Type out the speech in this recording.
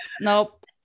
Nope